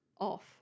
Off